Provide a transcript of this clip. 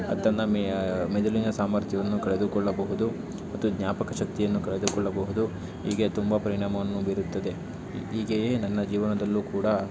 ತನ್ನ ಮೇ ಮೆದುಳಿನ ಸಾಮರ್ಥ್ಯವನ್ನು ಕಳೆದುಕೊಳ್ಳಬಹುದು ಮತ್ತು ಜ್ಞಾಪಕ ಶಕ್ತಿಯನ್ನು ಕಳೆದುಕೊಳ್ಳಬಹುದು ಹೀಗೆ ತುಂಬ ಪರಿಣಾಮವನ್ನು ಬೀರುತ್ತದೆ ಹೀಗೆಯೇ ನನ್ನ ಜೀವನದಲ್ಲೂ ಕೂಡ